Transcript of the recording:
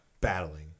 battling